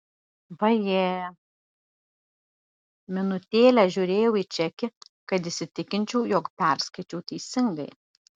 vaje minutėlę žiūrėjau į čekį kad įsitikinčiau jog perskaičiau teisingai